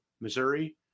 Missouri